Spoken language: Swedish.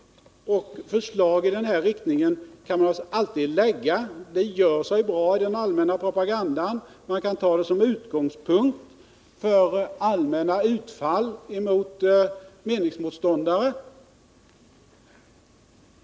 Förslag i den här riktningen kan man förstås alltid lägga fram. De gör sig bra i propagandan, och man kan ta dem som utgångspunkt för allmänna utfall mot meningsmotståndare.